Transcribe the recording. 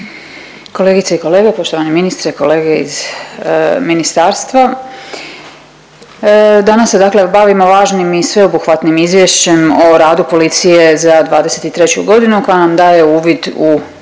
kolegice i kolege, poštovani ministre, kolege iz ministarstva. Danas se dakle bavimo važnim i sveobuhvatnim izvješćem o radu policije za '23. godina koja nam daje uvid u ključne